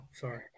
sorry